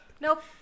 Nope